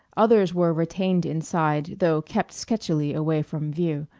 others were retained inside, though kept sketchily away from view.